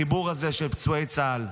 החיבור הזה של פצועי צה"ל,